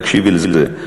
תקשיבי לזה,